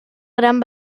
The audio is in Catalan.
gran